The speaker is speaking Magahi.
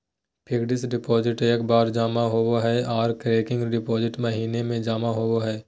फिक्स्ड डिपॉजिट एक बार जमा होबो हय आर रेकरिंग डिपॉजिट महीने में जमा होबय हय